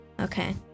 Okay